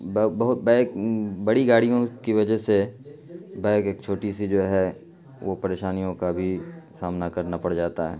bike بڑی گاڑیوں کے وجہ سے بائک ایک چھوٹی سی جو ہے وہ پریشانیوں کا بھی سامنا کرنا پڑ جاتا ہے